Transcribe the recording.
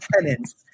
tenants